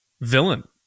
villain